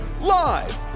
live